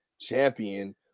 champion